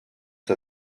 der